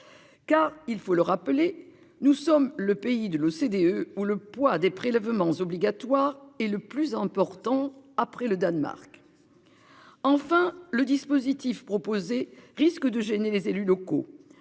Car il faut le rappeler nous sommes le pays de l'OCDE où le poids des prélèvements obligatoires et le plus important après le Danemark. Enfin, le dispositif proposé risque de gêner les élus locaux.